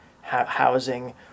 housing